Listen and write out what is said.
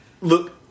Look